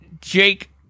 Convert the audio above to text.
Jake